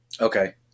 Okay